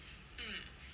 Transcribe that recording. hmm